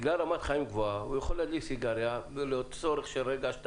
בגלל רמת חיים גבוהה אדם יכול להדליק סיגריה לצורך של רגע או שניים.